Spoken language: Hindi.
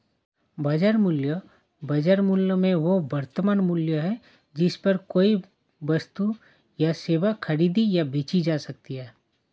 बाजार मूल्य, बाजार मूल्य में वह वर्तमान मूल्य है जिस पर कोई वस्तु या सेवा खरीदी या बेची जा सकती है